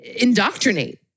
indoctrinate